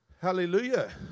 Hallelujah